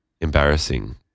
embarrassing